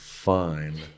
Fine